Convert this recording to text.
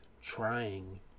trying